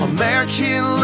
American